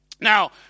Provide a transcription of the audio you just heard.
Now